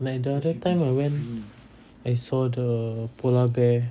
like the other time I went I saw the polar bear